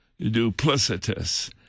duplicitous